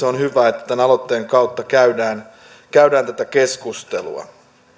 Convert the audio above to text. on hyvä että tämän aloitteen kautta käydään käydään tätä keskustelua